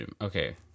Okay